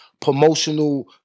promotional